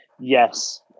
Yes